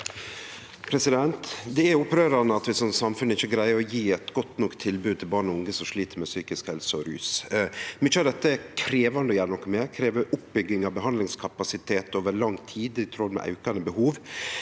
Det er opprøran- de at vi som samfunn ikkje greier å gje eit godt nok tilbod til barn og unge som slit med psykisk helse og rus. Mykje av dette er krevjande å gjere noko med og krev oppbygging av behandlingskapasitet over lang tid i tråd med aukande behov,